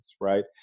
Right